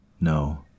No